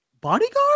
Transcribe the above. Bodyguard